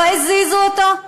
לא הזיזו אותו,